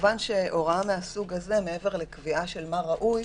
כמובן שהוראה מהסוג הזה, מעבר לקביעה של מה ראוי,